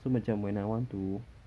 so macam when I want to